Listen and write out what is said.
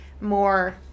more